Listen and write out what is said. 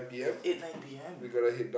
eight nine P_M